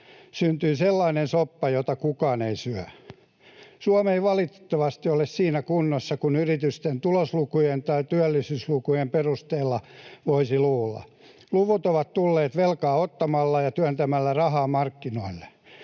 syntyy sellainen soppa, jota kukaan ei syö. Suomi ei valitettavasti ole siinä kunnossa kuin yritysten tuloslukujen tai työllisyyslukujen perusteella voisi luulla. Luvut ovat tulleet velkaa ottamalla ja työntämällä rahaa markkinoille.